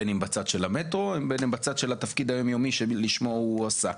בין אם בצד של המטרו ובין אם בצד של התפקיד היום-יומי שלשמו הוא הועסק.